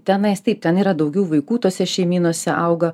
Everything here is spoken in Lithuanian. tenais taip ten yra daugiau vaikų tose šeimynose auga